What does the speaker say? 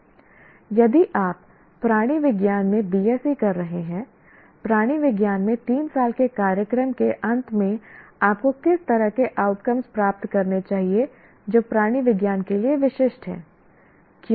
यदि आप प्राणि विज्ञान में BSc कर रहे हैं प्राणि विज्ञान में 3 साल के कार्यक्रम के अंत में आपको किस तरह के आउटकम्स प्राप्त करने चाहिए जो प्राणि विज्ञान के लिए विशिष्ट हैं